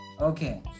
Okay